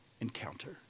encounter